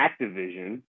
Activision